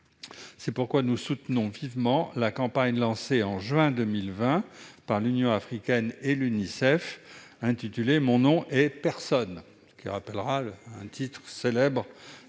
C'est pourquoi nous soutenons vivement la campagne lancée en juin 2020 par l'Union africaine et l'Unicef, intitulée « Mon nom est personne », ce qui rappelle un titre de